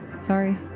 Sorry